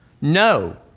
no